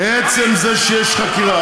עצם זה שיש חקירה.